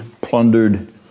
plundered